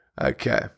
Okay